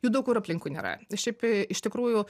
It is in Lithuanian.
jų daug kur aplinkui nėra šiaip iš tikrųjų